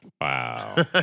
Wow